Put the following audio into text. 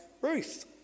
Ruth